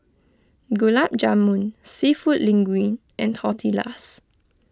Gulab Jamun Seafood Linguine and Tortillas